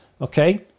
okay